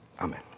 Amen